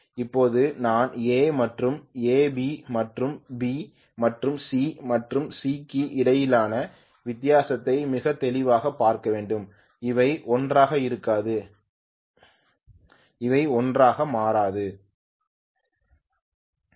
இப்போது நான் A மற்றும் A B மற்றும் B மற்றும் C மற்றும் C க்கு இடையிலான வித்தியாசத்தை மிகத் தெளிவாகப் பார்க்க வேண்டும் அவை ஒன்றாக இருக்காது அவை ஒன்றாக மாறாது